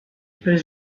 per